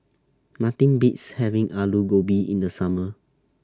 Nothing Beats having Alu Gobi in The Summer